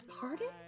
pardon